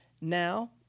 Now